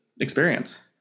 experience